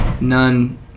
None